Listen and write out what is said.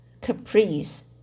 caprice